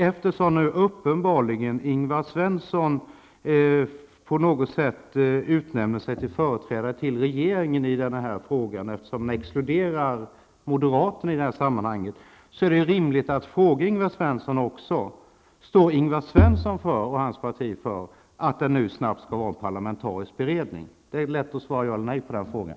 Eftersom Ingvar Svensson nu uppenbarligen på något sätt utnämner sig till företrädare för regeringen i den här frågan i och med att han exkluderar moderaterna i detta sammanhang, är det rimligt att fråga också honom: Står Ingvar Svensson och hans parti för uppfattningen att det nu snabbt skall tillsättas en parlamentarisk beredning? Det är lätt att svara ja eller nej på den frågan.